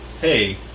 hey